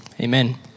amen